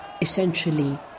essentially